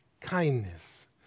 kindness